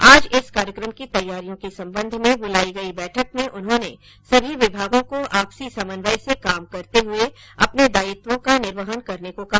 आज इस कार्यक्रम की तैयारियों के संबंध में बुलाई गई बैठक में उन्होंने सभी विभागों को आपसी समन्वय से काम करते हुए अपने दायित्वों का निर्वेहन करने को कहा